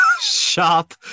shop